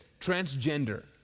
transgender